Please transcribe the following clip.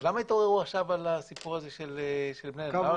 אז למה התעוררו עכשיו על הסיפור הזה של בני ברק?